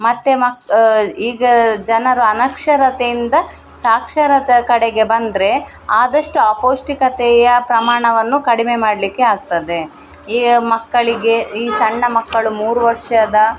ಮತ್ತು ಮಕ್ ಈಗ ಜನರು ಅನಕ್ಷರತೆಯಿಂದ ಸಾಕ್ಷರತೆ ಕಡೆಗೆ ಬಂದರೆ ಆದಷ್ಟು ಅಪೌಷ್ಟಿಕತೆಯ ಪ್ರಮಾಣವನ್ನು ಕಡಿಮೆ ಮಾಡಲಿಕ್ಕೆ ಆಗ್ತದೆ ಈಗ ಮಕ್ಕಳಿಗೆ ಈ ಸಣ್ಣ ಮಕ್ಕಳು ಮೂರು ವರ್ಷದ